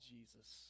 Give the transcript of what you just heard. Jesus